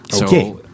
Okay